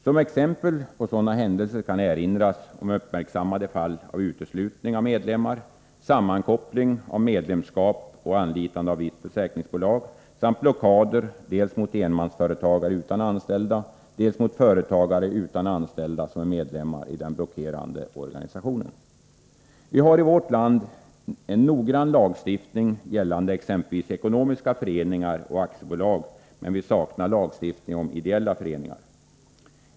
Som exempel på sådana händelser kan erinras om uppmärksammade fall av uteslutning av medlemmar, sammankoppling av medlemskap och anlitande av visst försäkringsbolag samt blockader dels mot enmansföretagare utan anställda, dels mot företagare utan anställda som är medlemmar i den blockerande organisationen. Vi har i vårt land en noggrann lagstiftning gällande exempelvis ekonomiska föreningar och aktiebolag, men vi saknar lagstiftning om ideella föreningar.